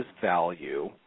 value